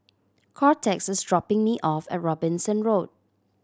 Cortez is dropping me off at Robinson Road